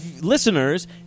listeners